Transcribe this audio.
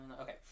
Okay